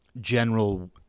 general